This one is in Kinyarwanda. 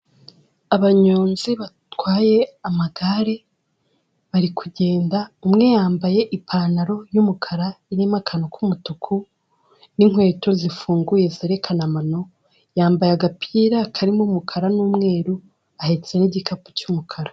Abanyonzi batwaye amagare bari kugenda, umwe yambaye ipantaro y'umukara irimo akantu k'umutuku n'inkweto zifunguye zerekana amano, yambaye agapira karimo umukara n'umweru ahetse n'igikapu cy'umukara.